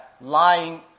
lying